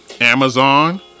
Amazon